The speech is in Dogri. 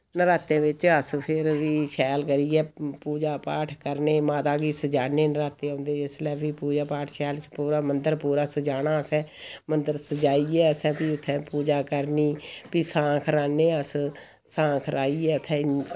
नरातें बिच्च अस फिर शैल करियै पूजा पाठ करने माता गी सज़ान्ने नराते औंदे जिसलै फ्ही पूजा पाठ शैल पूरा मंदर पूरा सजाना असें मंदर सजाइयै असें फ्ही उत्थें पूजा करनी फ्ही सांख राह्ने अस सांख राह्इयै उत्थैं